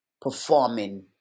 performing